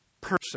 person